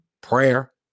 prayer